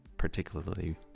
particularly